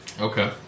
Okay